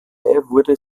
wurde